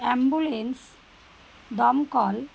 ambulance দমকল